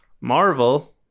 Marvel